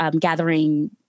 gathering